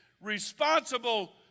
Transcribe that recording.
responsible